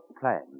plan